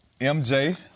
MJ